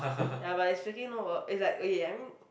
ya but it's freaking no work it's like ya I mean